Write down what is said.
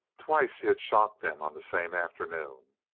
twice he had shocked them on the same afternoon.